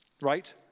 Right